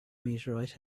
meteorite